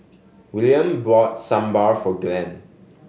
Willaim bought Sambar for Glenn